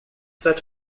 set